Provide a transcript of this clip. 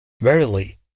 Verily